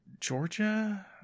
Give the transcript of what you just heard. georgia